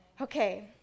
okay